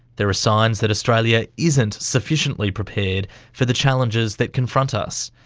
there are signs that australia isn't sufficiently prepared for the challenges that confront us.